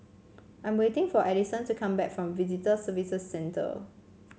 I'm waiting for Adison to come back from Visitor Services Centre